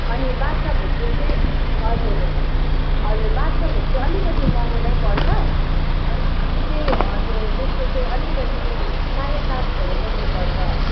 अनि बादशाह भोगको चाहिँ हजुर हजुर बादशाह भोग चाहिँ अलिकति महँगो नै पर्छ अन्त त्यो चाहिँ हजुर त्यसको चाहिँ अलिकति साढे सातहरू जति पर्छ